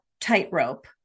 tightrope